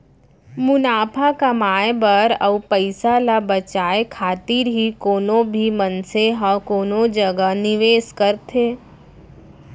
मुनाफा कमाए बर अउ पइसा ल बचाए खातिर ही कोनो भी मनसे ह कोनो जगा निवेस करथे